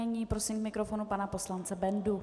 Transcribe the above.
Nyní prosím k mikrofonu pana poslance Bendu.